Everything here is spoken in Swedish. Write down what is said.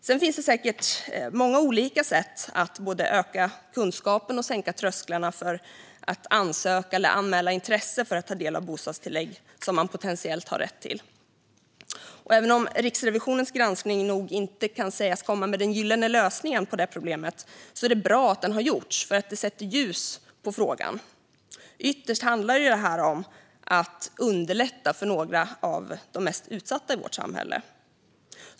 Det finns säkert många olika sätt att både öka kunskapen om och sänka trösklarna för att ansöka om eller anmäla intresse för att ta del av bostadstillägg som man potentiellt har rätt till. Även om Riksrevisionens granskning nog inte kan sägas komma med den gyllene lösningen på problemet är det bra att granskningen har gjorts. Den sätter ljus på frågan. Ytterst handlar det om att underlätta för några av de mest utsatta i vårt samhälle.